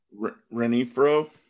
Renifro